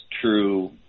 true